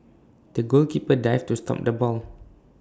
the goalkeeper dived to stop the ball